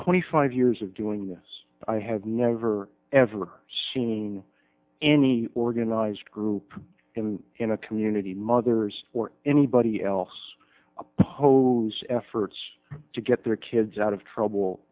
twenty five years of doing this i have never ever seen any organized group in a community mothers or anybody else oppose efforts to get their kids out of trouble